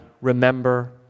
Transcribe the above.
remember